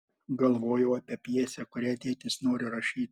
galvojau apie pjesę kurią tėtis nori rašyti